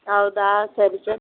ಹೌದಾ ಸರಿ ಸರಿ